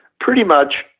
pretty much,